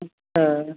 अच्छा